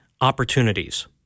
opportunities